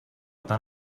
tan